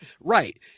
Right